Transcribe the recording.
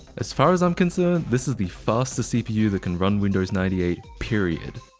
as far as i'm concerned, this is the fastest cpu that can run windows ninety eight, period.